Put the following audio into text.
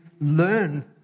learn